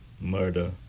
murder